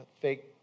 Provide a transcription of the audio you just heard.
fake